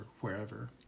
wherever